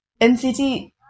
NCT